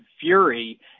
Fury